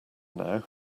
now